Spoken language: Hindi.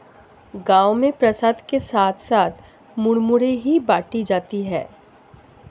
गांव में प्रसाद के साथ साथ मुरमुरे ही बाटी जाती है